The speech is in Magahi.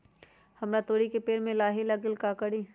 हमरा तोरी के पेड़ में लाही लग गेल है का करी?